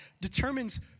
determines